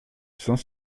saint